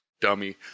dummy